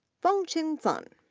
fangjin sun,